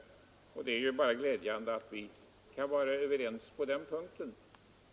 Det är ju bara glädjande att vi kan vara överens på den punkten.